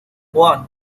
one